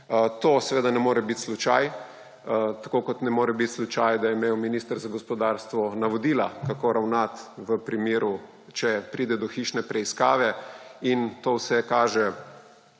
To seveda ne more biti slučaj, tako kot ne more biti slučaj, da je imel minister za gospodarstvo navodila, kako ravnati v primeru, če pride do hišne preiskave. To vse kaže,